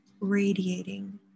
radiating